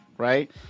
Right